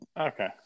Okay